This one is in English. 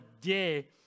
day